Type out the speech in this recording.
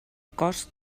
cost